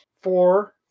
four